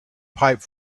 pipe